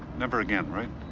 never again, right?